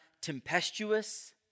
tempestuous